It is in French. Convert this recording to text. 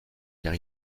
car